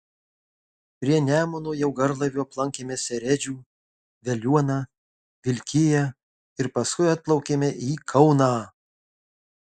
prie nemuno jau garlaiviu aplankėme seredžių veliuoną vilkiją ir paskui atplaukėme į kauną